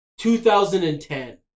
2010